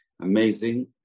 amazing